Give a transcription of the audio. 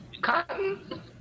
Cotton